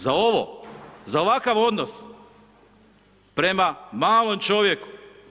Za ovo, za ovakav odnos prema malom čovjeku.